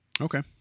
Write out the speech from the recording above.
Okay